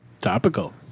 Topical